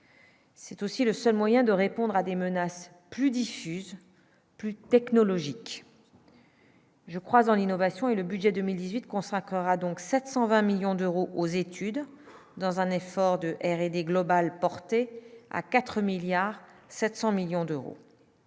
C'est aussi le seul moyen de répondre à des menaces plus diffuses plus technologique. Je crois dans l'innovation et le budget 2018 consacrera donc 720 millions d'euros aux études dans un effort de R&D global, portée à 4 milliards 700